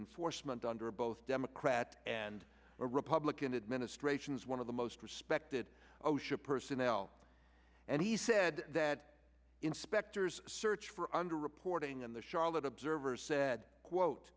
enforcement under both democrat and republican administrations one of the most respected osha personnel and he said that inspectors search for underreporting in the charlotte observer said quote